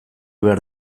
behar